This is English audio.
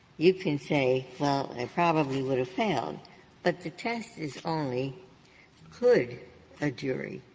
you can say well, it probably would have failed, but the test is only could a jury